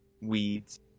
weeds